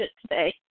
today